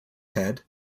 head